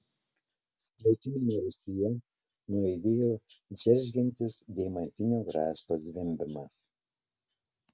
skliautiniame rūsyje nuaidėjo džeržgiantis deimantinio grąžto zvimbimas